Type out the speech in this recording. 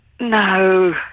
No